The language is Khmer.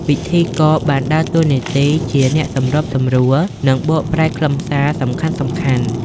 ពិធីករបានដើរតួនាទីជាអ្នកសម្របសម្រួល និងបកប្រែខ្លឹមសារសំខាន់ៗ។